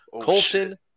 Colton